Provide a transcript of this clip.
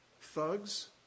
thugs